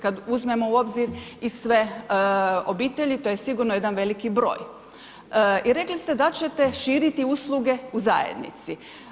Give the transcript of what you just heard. Kad uzmemo u obzir i sve obitelji, to je sigurno jedan veliki broj i rekli ste da ćete širiti usluge u zajednici.